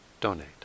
donate